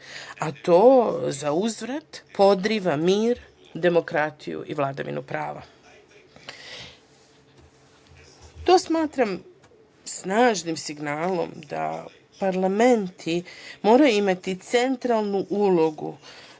a to za uzvrat podriva mir, demokratiju i vladavinu prava. To smatram snažnim signalom da parlamenti moraju imati centralnu ulogu